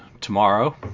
tomorrow